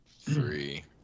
three